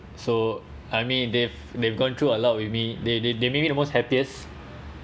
so I mean they've they've gone through a lot with me they they they made me the most happiest